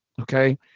Okay